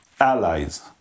allies